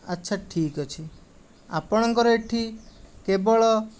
ଆଚ୍ଛା ଠିକ ଅଛି ଆପଣଙ୍କର ଏଇଠି କେବଳ